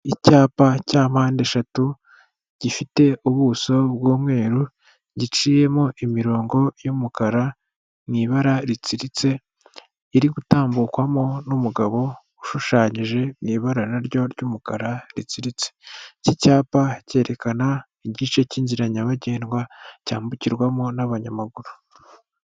Icyapa cya mpande eshatu gifite ubuso bw'umweru, giciyemo imirongo y'umukara mu ibara ritsiritse, iri gutambukwamo n'umugabo ushushanyije mu ibara naryo ry'umukara ritsiritse, iki cyapa cyerekana igice cy'inzira nyabagendwa cyambukirwamo n'abanyamaguru.